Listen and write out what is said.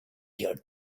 your